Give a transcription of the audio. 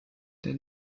der